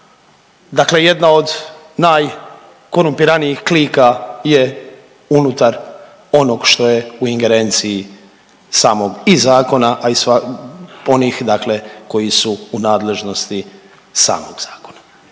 dakle jedna od najkorumpiranijih klika je unutar onog što je u ingerenciji samom i zakona, a i onih dakle koji su u nadležnosti samog zakona.